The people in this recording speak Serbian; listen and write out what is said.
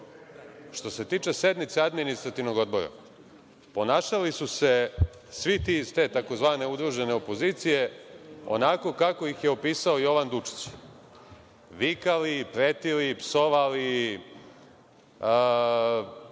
se tiče sednice Administrativnog odbora, ponašali su se svi ti iz te tzv. udružene opozicije onako kako je pisao Jovan Dučić, vikali, pretili, psovali,